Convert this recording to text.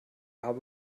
habe